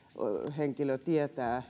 lähihenkilönsä tietää